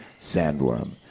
sandworm